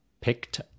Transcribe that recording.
picked